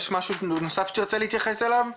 יש משהו נוסף שתרצה להתייחס אליו?